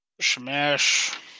Smash